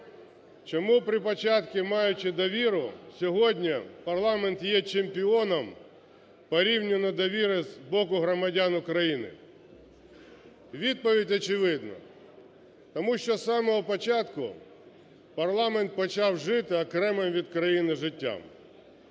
чому, при початку маючи довіру, сьогодні парламент є чемпіоном по рівню недовіри з боку громадян України. Відповідь очевидна: тому що з самого початку парламент почав жити окремим від країни життям,